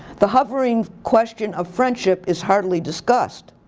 the hovering question of friendship is hardly discussed.